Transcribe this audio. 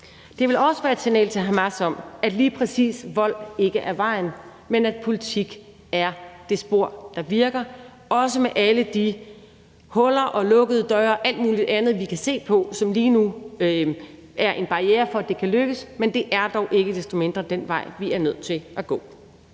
Det ville også være et signal til Hamas om, at lige præcis vold ikke er vejen frem, men at politik er det spor, der virker, også med alle de huller og lukkede døre og alt muligt andet, som vi kan se på, og som lige nu er en barriere for, at det kan lykkes. Men det er dog ikke desto mindre den vej, vi er nødt til at gå.